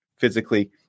physically